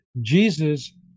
Jesus